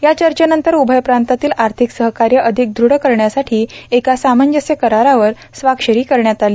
या चर्चेनंतर उभय प्रांतातील आर्थिक सहकार्य अधिक दृढ करण्यासाठी एका सामंजस्य करारावर स्वाक्षरी करण्यात आली